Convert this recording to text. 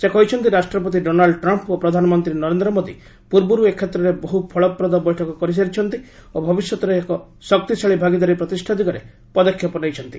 ସେ କହିଛନ୍ତି ରାଷ୍ଟ୍ରପତି ଡୋନାଲ୍ଡ ଟ୍ରମ୍ପ୍ ଓ ପ୍ରଧାନମନ୍ତ୍ରୀ ନରେନ୍ଦ୍ର ମୋଦି ପ୍ରର୍ବର୍ ଏ କ୍ଷେତ୍ରରେ ବହୁ ଫଳପ୍ରଦ ବୈଠକ କରିସାରିଛନ୍ତି ଓ ଭବିଷ୍ୟତରେ ଏକ ଶକ୍ତିଶାଳୀ ଭାଗିଦାରୀ ପ୍ରତିଷ୍ଠା ଦିଗରେ ପଦକ୍ଷେପ ନେଇଛନ୍ତି